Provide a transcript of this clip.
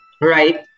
right